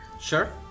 sure